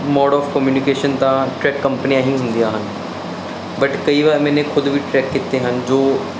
mode of communication ਤਾਂ track ਕੰਪਨੀਆਂ ਹੀ ਹੁੰਦੀਆਂ ਹਨ ਬਟ ਕਈ ਵਾਰ ਮੈਨੇ ਖੁਦ ਵੀ ਟਰੈਕ ਕੀਤੇ ਹਨ ਜੋ